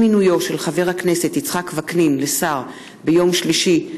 עם מינויו של חבר הכנסת יצחק וקנין לשר ביום שלישי,